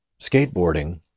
skateboarding